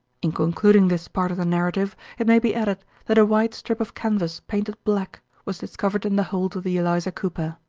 in concluding this part of the narrative it may be added that a wide strip of canvas painted black was discovered in the hold of the eliza cooper.